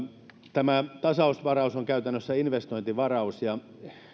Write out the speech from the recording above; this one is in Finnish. tasausvaraus on käytännössä investointivaraus